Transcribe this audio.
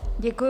Děkuji.